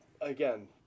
again